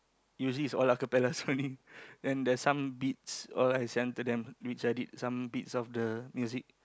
usually it's all acapellas only then there's some beats all I send to them which I did some beats of the music